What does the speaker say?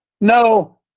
no